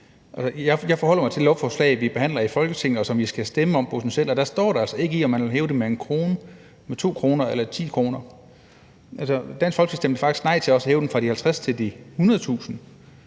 Jeg forholder mig til det beslutningsforslag, vi behandler i Folketinget, og som vi potentielt skal stemme om, og der står der altså ikke, at man vil hæve det med 1 kr., med 2 kr. eller 10 kr. Dansk Folkeparti stemte faktisk også nej til at hæve den fra de 50.000 til de 100.000